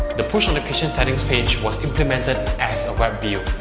the push notification setting page was implemented as ah webview,